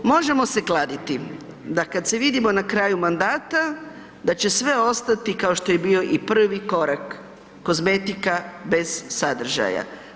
Možemo se kladiti da kada se vidimo na kraju mandata da će sve ostati kao što je bio i prvi korak, kozmetika bez sadržaja.